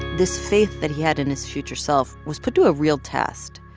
this faith that he had in his future self was put to a real test.